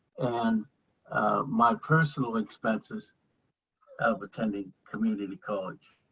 and my personal expenses of attending community college.